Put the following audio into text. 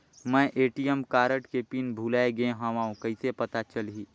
मैं ATM card के pin भुलाए गे हववं कइसे पता चलही?